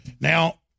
Now